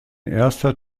erster